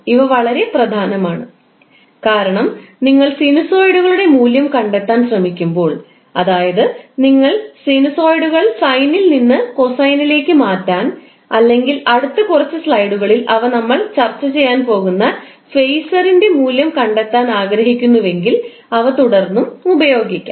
ഇവ വളരെ പ്രധാനമാണ് കാരണം നിങ്ങൾ സിനുസോയിഡുകളുടെ മൂല്യം കണ്ടെത്താൻ ശ്രമിക്കുമ്പോൾ അതായത് നിങ്ങൾ സൈനസോയിഡുകൾ സൈനിൽ നിന്ന് കോസൈനിലേക്ക് മാറ്റാൻ അല്ലെങ്കിൽ അടുത്ത കുറച്ച് സ്ലൈഡുകളിൽ നമ്മൾ ചർച്ച ചെയ്യാൻ പോകുന്ന ഫേസറിന്റെ മൂല്യം കണ്ടെത്താൻ ആഗ്രഹിക്കുന്നുവെങ്കിൽ അവ തുടർന്നും ഉപയോഗിക്കാം